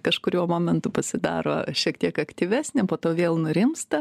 kažkuriuo momentu pasidaro šiek tiek aktyvesnė po to vėl nurimsta